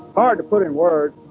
hard to put in words